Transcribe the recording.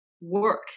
work